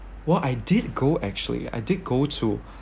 while I did go actually I did go to